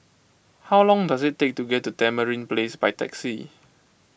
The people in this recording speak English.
how long does it take to get to Tamarind Place by taxi